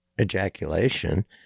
ejaculation